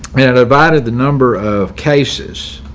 i mean and divided the number of cases.